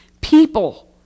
people